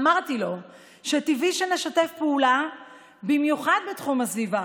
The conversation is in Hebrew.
אמרתי לו שטבעי שנשתף פעולה במיוחד בתחום הסביבה,